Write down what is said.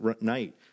night